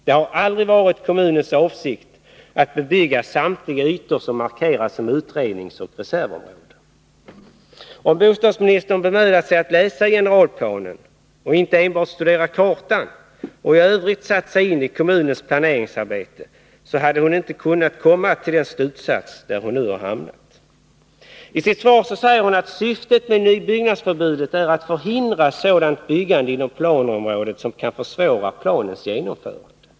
Det har aldrig varit kommunens avsikt att bebygga samtliga ytor som har markerats som utredningsoch reservområden. Om bostadsministern hade bemödat sig att läsa generalplanen — och inte enbart studerat kartan — samt i övrigt satt sig in i kommunens planeringsarbete, hade hon inte kunnat dra den slutsats hon nu har dragit. I sitt svar säger bostadsministern att syftet med nybyggnadsförbudet är att förhindra sådant byggande inom planområdet som kan försvåra planens genomförande.